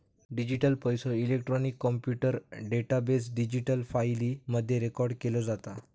digital पैसो, electronic computer database, digital फाईली मध्ये रेकॉर्ड केलो जाता